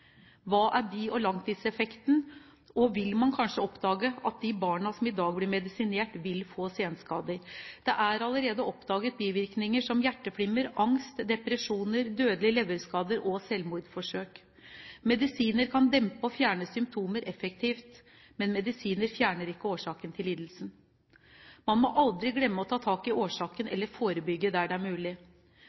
Hva er bi- og langtidseffekten, og vil man kanskje oppdage at de barna som i dag blir medisinert, vil få senskader? Det er allerede oppdaget bivirkninger som hjerteflimmer, angst, depresjoner, dødelige leverskader og selvmordsforsøk. Medisiner kan dempe og fjerne symptomer effektivt, men medisiner fjerner ikke årsaken til lidelsen. Man må aldri glemme å ta tak i årsaken eller forebygge der det er mulig.